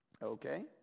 Okay